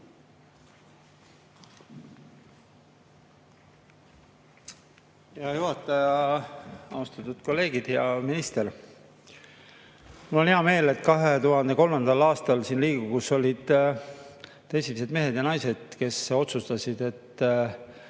Hea juhataja! Austatud kolleegid! Hea minister! Mul on hea meel, et 2003. aastal olid siin Riigikogus esimesed mehed ja naised, kes otsustasid, et